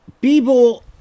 People